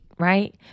Right